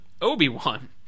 Obi-Wan